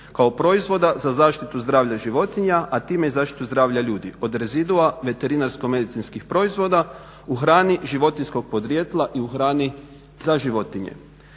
kao proizvoda za zaštitu zdravlja životinja a time i zaštitu zdravlja ljudi od rezidua, veterinarsko-medicinskih proizvoda u hrani životinjskog podrijetla i u hrani za životinje